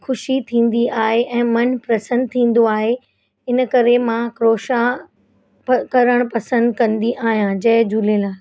ख़ुशी थींदी आहे ऐं मनु प्रसन थींदो आहे हिन करे मां क्रोशा प करण पसंदि कंदी आहियां जय झूलेलाल